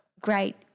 great